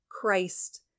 Christ